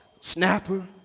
snapper